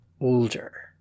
older